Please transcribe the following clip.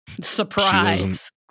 surprise